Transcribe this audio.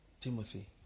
Timothy